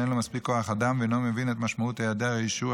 שאין לו מספיק כוח אדם והוא אינו מבין את משמעויות היעדר האישור,